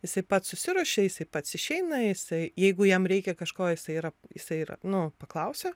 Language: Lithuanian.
jisai pats susiruošia jisai pats išeina jisai jeigu jam reikia kažko jisai yra jisai yra nu paklausia